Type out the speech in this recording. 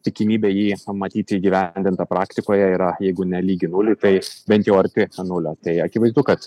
tikimybė jį pamatyti įgyvendintą praktikoje yra jeigu ne lygi nuliui tai bent jau arti nulio tai akivaizdu kad